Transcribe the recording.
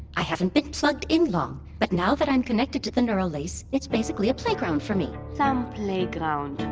i haven't been plugged in long, but now that i'm connected to the neural lace, it's basically a playground for me some playground.